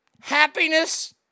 Happiness